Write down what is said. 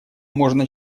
можно